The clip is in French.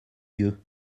yeux